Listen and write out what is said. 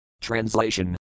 Translation